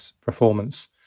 performance